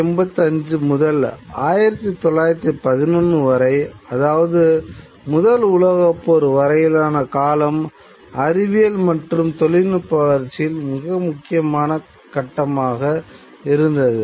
1885 முதல் 1911 வரை அதாவது முதல் உலகப் போர் வரையிலான காலம் அறிவியல் மற்றும் தொழில்நுட்ப வளர்ச்சியில் மிக முக்கியமான கட்டமாக இருந்தது